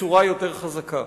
בצורה יותר חזקה.